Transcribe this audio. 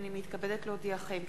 הנני מתכבדת להודיעכם,